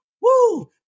woo